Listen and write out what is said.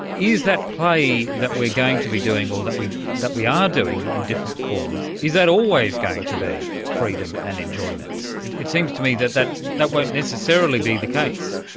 is that play that we are going to be doing or that we that we are doing in different forms, is that always going to be freedom and enjoyment? it seems to me that that that won't necessarily be the case.